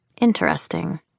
Interesting